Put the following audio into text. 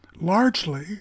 largely